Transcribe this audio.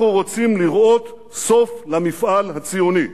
אנחנו רוצים לראות סוף למפעל הציוני.